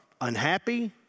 unhappy